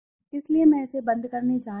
इसलिए मैं इसे बंद करने जा रहा हूं